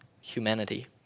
humanity